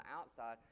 outside